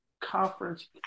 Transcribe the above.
conference